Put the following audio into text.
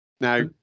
Now